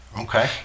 Okay